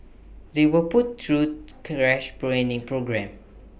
they were put through crash programmes